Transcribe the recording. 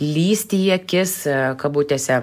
lįsti į akis kabutėse